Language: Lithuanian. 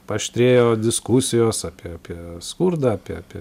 paaštrėjo diskusijos apie apie skurdą apie apie